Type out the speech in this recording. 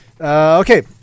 Okay